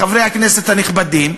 לחברי הכנסת הנכבדים,